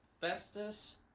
Festus